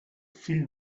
fill